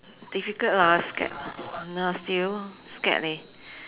difficult lah scared nah still scared leh